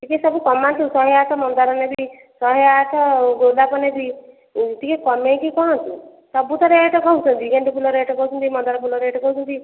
ଟିକେ ସବୁ କମାନ୍ତୁ ଶହେ ଆଠ ମନ୍ଦାର ନେବି ଶହେ ଆଠ ଗୋଲାପ ନେବି ଟିକେ କମେଇକି କୁହନ୍ତୁ ସବୁ ତ ରେଟ କହୁଛନ୍ତି ଗେଣ୍ଡୁ ଫୁଲ ରେଟ କହୁଛନ୍ତି ମନ୍ଦାର ଫୁଲ ରେଟ କହୁଛନ୍ତି